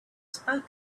spoken